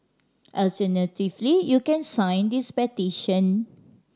alternatively you can sign this petition